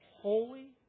holy